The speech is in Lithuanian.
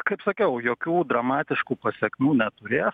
kaip sakiau jokių dramatiškų pasekmių neturės